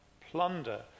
plunder